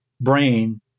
brain